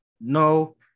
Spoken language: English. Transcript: No